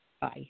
Bye